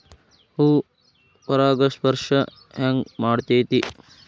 ಹೂ ಪರಾಗಸ್ಪರ್ಶ ಹೆಂಗ್ ಮಾಡ್ತೆತಿ?